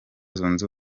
zunze